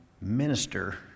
minister